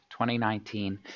2019